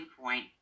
point